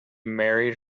married